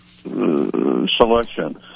selection